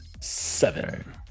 seven